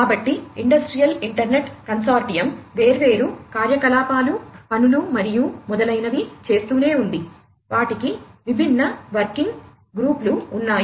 కాబట్టి industrial internet consortium వేర్వేరు కార్యకలాపాలు పనులు మరియు మొదలైనవి చేస్తూనే ఉంది వాటికి విభిన్న వర్కింగ్ గ్రూపు లు ఉన్నాయి